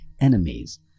enemies